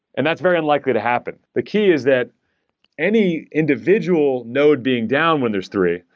and that's very unlikely to happen. the key is that any individual node being down when there's three,